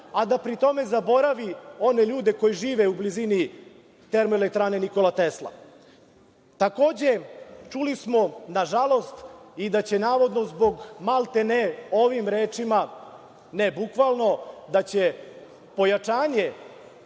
a da pri tome zaboravi one ljude koji žive u blizini Termoelektrane „Nikola Tesla“.Takođe, čuli smo, nažalost, i da će navodno, maltene ovim rečima, ne bukvalno, pojačanje